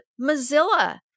Mozilla